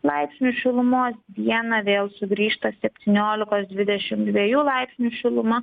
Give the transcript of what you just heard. laipsnių šilumos dieną vėl sugrįžta septyniolikos dvidešim dviejų laipsnių šiluma